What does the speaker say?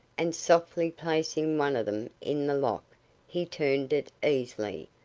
and softly placing one of them in the lock he turned it easily,